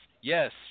Yes